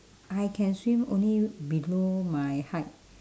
I can swim only below my height